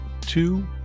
two